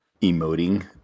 emoting